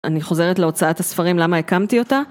אני חוזרת להוצאת הספרים למה הקמתי אותה.